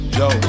yo